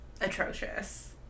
atrocious